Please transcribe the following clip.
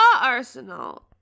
Arsenal